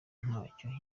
ntacyo